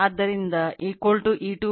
ಆದ್ದರಿಂದ E2 N2 15